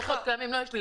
לקוחות קיימים --- סליחה,